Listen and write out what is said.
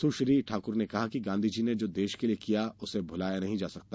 सुश्री ठाकुर ने कहा कि गांधीजी ने जो देश के लिए किया उसे भुलाया नहीं जा सकता